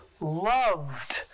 loved